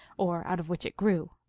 or out of which it grew.